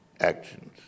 actions